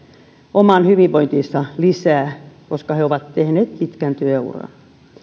oman hyvinvointinsa lisää koska he ovat tehneet pitkän työuran